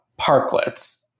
parklets